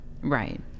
right